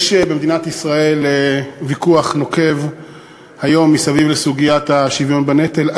במדינת ישראל קיים היום ויכוח נוקב סביב סוגיית השוויון בנטל.